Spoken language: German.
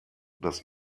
dass